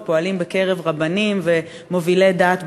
ופועלים בקרב רבנים ומובילי דעת בקהילה,